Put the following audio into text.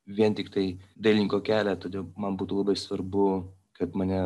vien tiktai dailininko kelią todėl man būtų labai svarbu kad mane